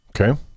Okay